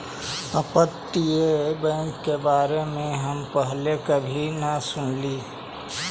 अपतटीय बैंक के बारे में हम पहले कभी न सुनली